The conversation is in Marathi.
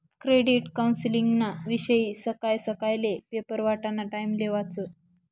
क्रेडिट कौन्सलिंगना विषयी सकाय सकायले पेपर वाटाना टाइमले वाचं